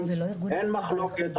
אין מחלוקת,